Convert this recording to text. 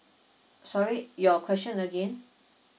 sorry your question again